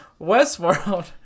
Westworld